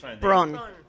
Bron